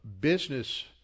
business